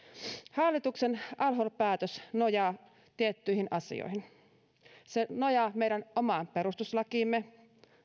hallituksen al hol päätös nojaa tiettyihin asioihin se nojaa meidän omaan perustuslakiimme